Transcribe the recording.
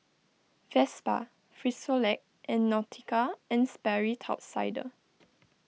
Vespa Frisolac and Nautica and Sperry Top Sider